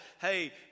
hey